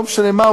לא משנה מה,